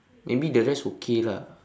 maybe the rest okay lah